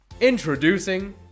Introducing